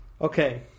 Okay